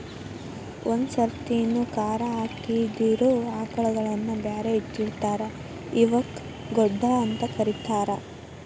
ಒಂದ್ ಸರ್ತಿನು ಕರಾ ಹಾಕಿದಿರೋ ಆಕಳಗಳನ್ನ ಬ್ಯಾರೆ ಇಟ್ಟಿರ್ತಾರ ಇವಕ್ಕ್ ಗೊಡ್ಡ ಅಂತ ಕರೇತಾರ